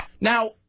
Now